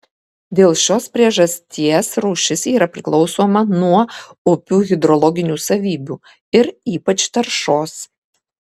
dėl šios priežasties rūšis yra priklausoma nuo upių hidrologinių savybių ir ypač taršos